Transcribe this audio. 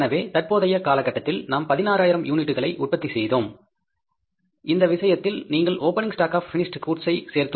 தற்போதைய காலகட்டத்தில் நாம் 16000 யூனிட்களை உற்பத்தி செய்தோம் இந்த விஷயத்தில் நீங்கள் opening stock of finished goods ஐ சேர்த்துள்ளீர்கள்